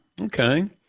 okay